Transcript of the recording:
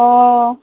অঁ